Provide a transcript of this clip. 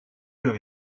leur